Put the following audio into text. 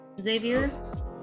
Xavier